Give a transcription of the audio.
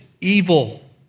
evil